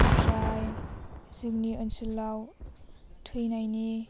ओमफ्राय जोंनि ओनसोलाव थैनायनि